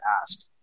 ask